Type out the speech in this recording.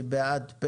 אני בעד.